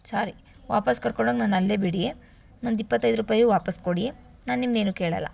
sorry ವಾಪಸ್ಸು ಕರ್ಕೊಂಡು ಹೋಗ್ ನನ್ನ ಅಲ್ಲೇ ಬಿಡಿ ನನ್ನದ್ ಇಪ್ಪತ್ತೈದು ರೂಪಾಯಿನು ವಾಪಸ್ಸು ಕೊಡಿ ನಾನು ನಿಮ್ನ ಏನು ಕೇಳಲ್ಲ